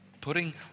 putting